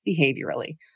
behaviorally